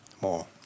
more